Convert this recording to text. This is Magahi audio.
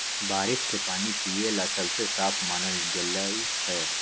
बारिश के पानी पिये ला सबसे साफ मानल गेलई ह